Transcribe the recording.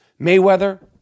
Mayweather